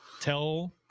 tell